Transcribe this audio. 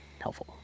helpful